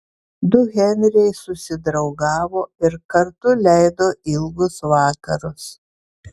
du henriai susidraugavo ir kartu leido ilgus vakarus